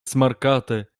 smarkate